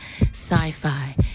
sci-fi